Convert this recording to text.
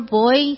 boy。